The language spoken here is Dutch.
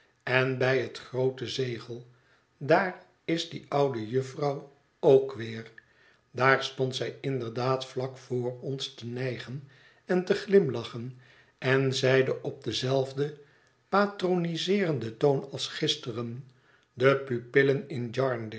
en bij het groote zegel daar is die oude jufvrouw ook weer daar stond zij inderdaad vlak voor ons te nijgen en te glimlachen en zeide op denzelfden patroniseerenden toon als gisteren de pupillen in